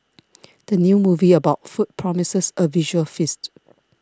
the new movie about food promises a visual feast